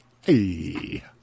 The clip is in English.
hey